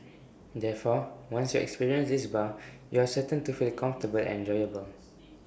therefore once you experience this bar you are certain to feel comfortable and enjoyable